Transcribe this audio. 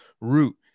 root